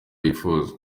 yifuza